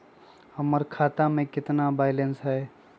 हमर खाता में केतना बैलेंस हई?